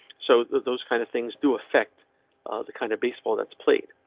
so those those kind of things do affect the kind of baseball that's played.